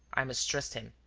i mistrust him.